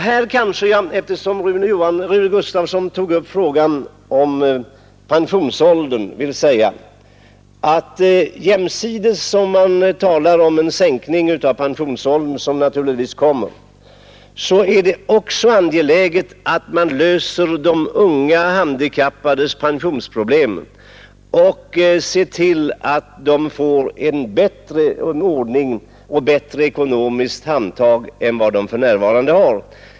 Här vill jag säga, eftersom Rune Gustavsson tog upp frågan om pensionsåldern, att samtidigt med att man talar om en sänkning av pensionsåldern — som naturligtvis kommer — är det angeläget att man också löser de unga handikappades pensionsproblem och ser till att det blir en bättre ordning och att de får bättre ekonomiskt handtag än vad de för närvarande har.